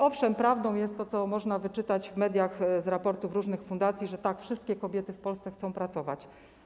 Owszem, prawdą jest to, co można wyczytać w mediach z raportów różnych fundacji, że wszystkie kobiety w Polsce chcą pracować.